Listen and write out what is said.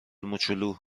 موچولو